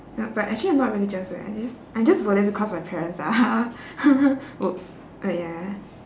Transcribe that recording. ya but actually I'm not religious leh I'm just buddhist because my parents are !oops! but ya